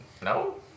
No